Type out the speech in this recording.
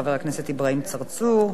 חבר הכנסת אברהים צרצור,